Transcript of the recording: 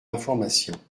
informations